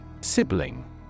Sibling